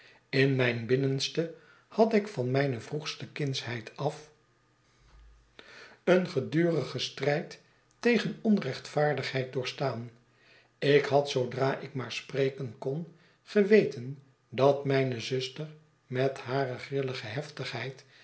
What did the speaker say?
in mijn binnenste had ik van mijne vroegste kindsheid af een gedurigen strijd tegen onrechtvaardigheid doorgestaan ik had zoodra ik maar spreken kon geweten dat mijne zuster met hare grillige heftigheid